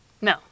no